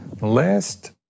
last